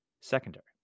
secondary